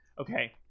okay